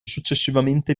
successivamente